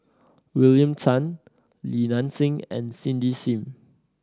William Tan Li Nanxing and Cindy Sim